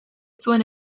zuen